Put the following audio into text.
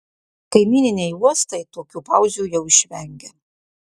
kaimyniniai uostai tokių pauzių jau išvengia